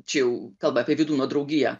čia jau kalba apie vydūno draugiją